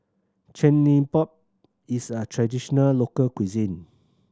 chigenabe is a traditional local cuisine